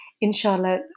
Inshallah